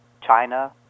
China